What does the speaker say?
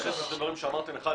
הדברים שאמרתי לך,